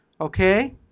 Okay